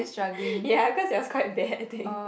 ya because it was quite bad I think